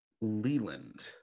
Leland